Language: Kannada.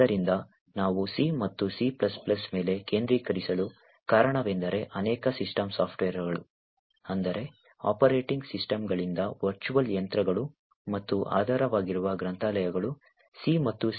ಆದ್ದರಿಂದ ನಾವು C ಮತ್ತು C ಮೇಲೆ ಕೇಂದ್ರೀಕರಿಸಲು ಕಾರಣವೆಂದರೆ ಅನೇಕ ಸಿಸ್ಟಮ್ ಸಾಫ್ಟ್ವೇರ್ಗಳು ಅಂದರೆ ಆಪರೇಟಿಂಗ್ ಸಿಸ್ಟಂಗಳಿಂದ ವರ್ಚುವಲ್ ಯಂತ್ರಗಳು ಮತ್ತು ಆಧಾರವಾಗಿರುವ ಗ್ರಂಥಾಲಯಗಳು C ಮತ್ತು C ನಲ್ಲಿ ಬರೆಯಲ್ಪಟ್ಟಿವೆ